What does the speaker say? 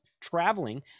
traveling